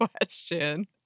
question